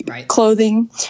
clothing